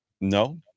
No